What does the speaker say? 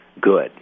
good